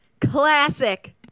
classic